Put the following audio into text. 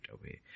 away